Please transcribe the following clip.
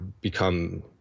become